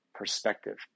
perspective